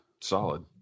Solid